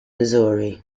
missouri